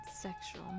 sexual